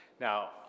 Now